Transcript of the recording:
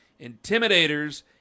Intimidators